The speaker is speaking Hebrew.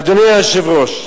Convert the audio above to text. אדוני היושב-ראש,